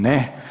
Ne.